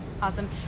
Awesome